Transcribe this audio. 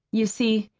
you see,